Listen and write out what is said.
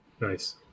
Nice